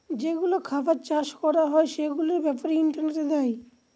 যেগুলো খাবার চাষ করা হয় সেগুলোর ব্যাপারে ইন্টারনেটে দেয়